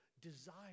desire